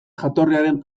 jatorriaren